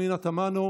פנינה תמנו,